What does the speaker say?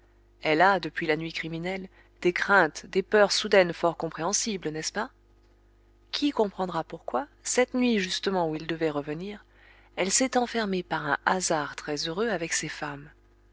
elle a depuis la nuit criminelle des craintes des peurs soudaines fort compréhensibles n'est-ce pas qui comprendra pourquoi cette nuit-là justement où il devait revenir elle s'est enfermée par un hasard très heureux avec ses femmes